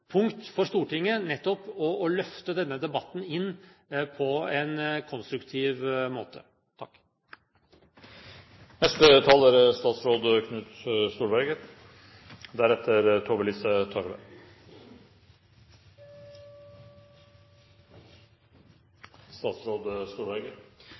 punkt for Stortinget nettopp for å løfte denne debatten inn på en konstruktiv måte.